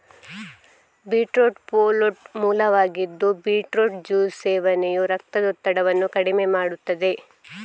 beetroot folate ಮೂಲವಾಗಿದ್ದು beetroot juice ಸೇವನೆಯು ರಕ್ತದೊತ್ತಡವನ್ನು ಕಡಿಮೆ ಮಾಡುತ್ತದೆ